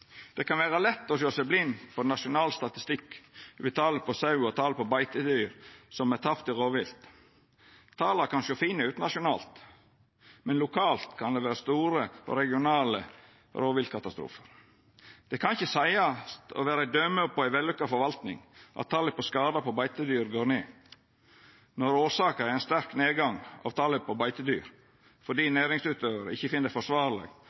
Det kan vera lett å sjå seg blind på nasjonal statistikk over talet på sauer og talet på beitedyr som er tapte til rovvilt. Tala kan sjå fine ut nasjonalt, men lokalt kan det vera store og regionale rovviltkatastrofar. Det kan ikkje seiast å vera eit døme på ei vellukka forvaltning at talet på skadar på beitedyr går ned, når årsaka er ein sterk nedgang i talet på beitedyr fordi næringsutøvarar ikkje finn det forsvarleg